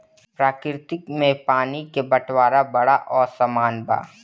प्रकृति में पानी क बंटवारा बड़ा असमान बा